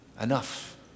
Enough